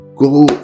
Go